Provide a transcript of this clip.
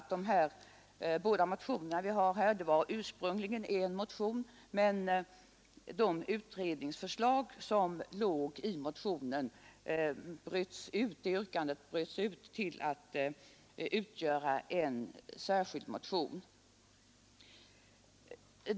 De båda motioner som nu föreligger var ursprungligen endast en motion, men det utredningsförslag som inrymdes i denna har brutits ut och framförts i en särskild motion.